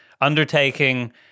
undertaking